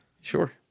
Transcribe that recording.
Sure